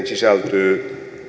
sisältyy